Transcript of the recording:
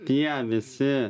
tie visi